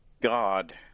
god